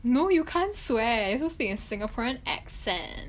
no you can't swear you're suppose to speak a singaporean accent